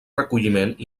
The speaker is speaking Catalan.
recolliment